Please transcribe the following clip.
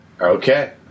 Okay